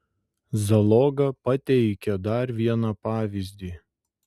zaloga pateikia dar vieną pavyzdį